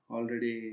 Already